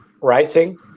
writing